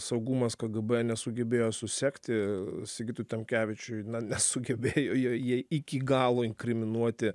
saugumas kgb nesugebėjo susekti sigitui tamkevičiui nesugebėjo jo jai iki galo inkriminuoti